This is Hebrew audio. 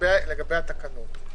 לגבי התקנות,